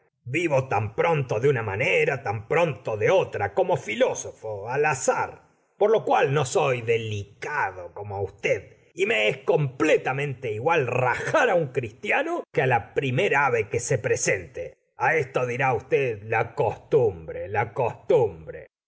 vivo tan pronto de una manera tan pronto de otra como filósofo al azar por lo cual no soy delicado como usted y me es completamente igual rajar á un cristiano que á la primer ave que se presente a esto dirá usted la costumbre la costumbre